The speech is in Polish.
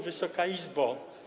Wysoka Izbo!